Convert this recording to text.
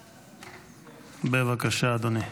בבקשה, אדוני.